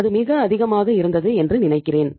அது மிக அதிகமாக இருந்தது என்று நினைக்கிறேன்